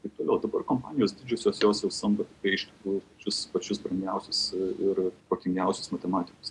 taip toliau dabar kompanijos didžiosios jos jau samdo ir iš tikrųjų pačius pačius brangiausius ir protingiausius matematikus